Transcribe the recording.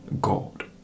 God